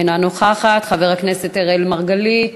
אינה נוכחת, חבר הכנסת אראל מרגלית,